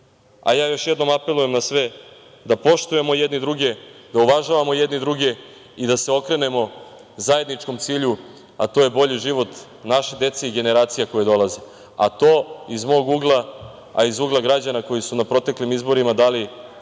žele. Još jednom apelujem na sve da poštuju jedni druge, da uvažavamo jedni druge i da se okrenemo zajedničkom cilju, a to je bolji život naše dece i generacija koje dolaze. A to iz mog ugla, a iz ugla građana koji su na proteklim izborima dali